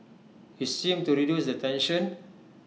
he seemed to reduce the tension